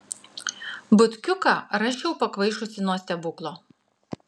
butkiuką rasčiau pakvaišusį nuo stebuklo